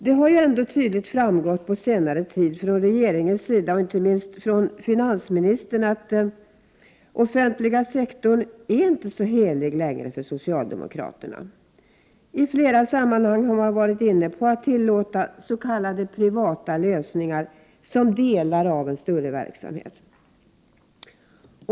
Det har på senare tid tydligt framgått från regeringens sida, och inte minst från finansministern, att den offentliga sektorn inte längre är så helig för socialdemokraterna. I flera sammanhang har man varit inne på att tillåta s.k. privata lösningar som delar av en större verksamhet.